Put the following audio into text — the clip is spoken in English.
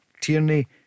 Tierney